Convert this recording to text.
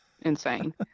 insane